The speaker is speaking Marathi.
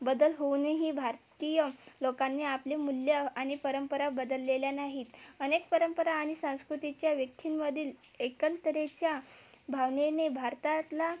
बदल होऊनही भारतीय लोकांनी आपली मूल्यं आणि परंपरा बदललेल्या नाहीत अनेक परंपरा आणि संस्कृतीच्या व्यक्तींमधील एकन तऱ्हेच्या भावनेने भारतातला